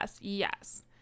yes